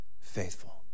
faithful